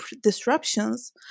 disruptions